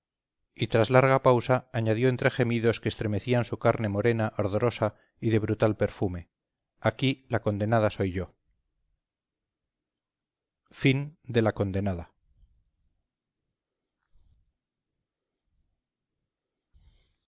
y tras larga pausa añadió entre gemidos que estremecían su carne morena ardorosa y de brutal perfume aquí la condenada soy yo